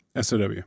SOW